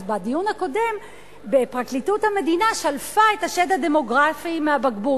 אז בדיון הקודם פרקליטות המדינה שלפה את השד הדמוגרפי מהבקבוק.